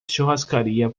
churrascaria